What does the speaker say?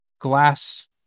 glass